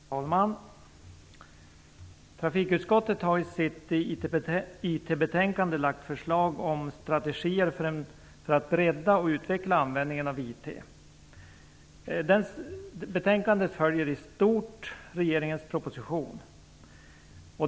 Fru talman! Trafikutskottet har i sitt IT betänkande lagt fram förslag om strategier för att bredda och utveckla användningen av IT. Betänkandet följer i stort sett regeringens proposition.